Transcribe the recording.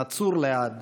נצור לעד